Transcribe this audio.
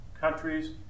countries